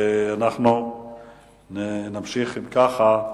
אם כך,